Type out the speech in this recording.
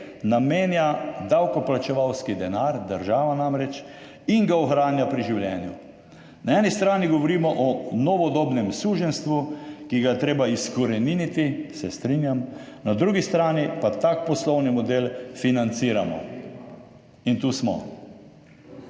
namenja davkoplačevalski denar, država namreč, in ga ohranja pri življenju. Na eni strani govorimo o novodobnem suženjstvu, ki ga je treba izkoreniniti, se strinjam, na drugi strani pa tak poslovni model financiramo. In tu smo.